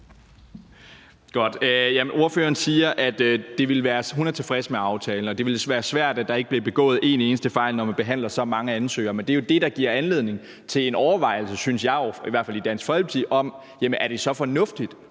(DF): Ordføreren siger, at hun er tilfreds med aftalen, og at det vil være svært at undgå, at der bliver begået en eneste fejl, når man behandler så mange ansøgninger; men det er jo det, der giver anledning til en overvejelse, synes jeg og vi i Dansk Folkeparti i hvert fald. Er det så fornuftigt